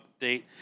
update